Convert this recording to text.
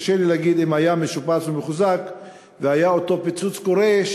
קשה לי להגיד שאם הוא היה משופץ ומחוזק ואותו פיצוץ היה קורה,